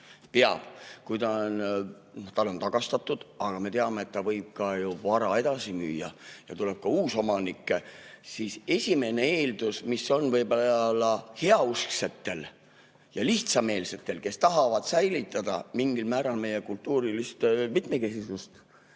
eest hoolitsema]. Aga me teame, et ta võib oma vara edasi müüa ja tuleb uus omanik. Esimene eeldus, mis on võib-olla heausksetel ja lihtsameelsetel, kes tahavad säilitada mingil määral meie kultuurilist mitmekesisust,